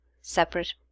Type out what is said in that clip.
separate